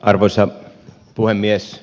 arvoisa puhemies